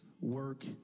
work